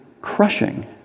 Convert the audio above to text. crushing